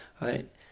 Right